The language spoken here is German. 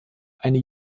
eine